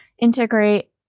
integrate